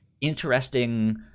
interesting